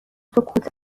سکوت